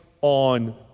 on